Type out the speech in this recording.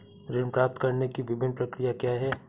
ऋण प्राप्त करने की विभिन्न प्रक्रिया क्या हैं?